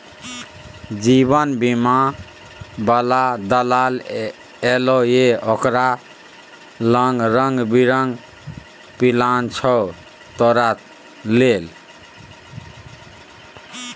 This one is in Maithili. जीवन बीमा बला दलाल एलौ ये ओकरा लंग रंग बिरंग पिलान छौ तोरा लेल